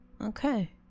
Okay